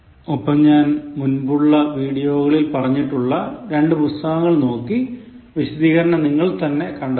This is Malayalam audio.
ഒപ്പം ഞാൻ മുൻപുള്ള വീഡിയോകളിൽ പറഞ്ഞിട്ടുള്ള രണ്ടു പുസ്തകങ്ങളിൽ നോക്കി വിശദീകരണം നിങ്ങൾ തന്നെ കണ്ടെത്തുക